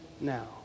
now